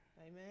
Amen